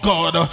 God